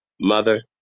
mother